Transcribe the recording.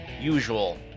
usual